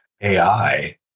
AI